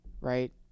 right